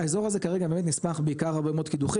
האזור הזה כרגע נסמך בעיקר על קידוחים,